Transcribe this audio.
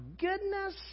goodness